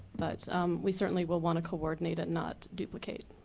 but we certainly will want to coordinate and not duplicate.